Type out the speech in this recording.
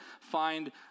find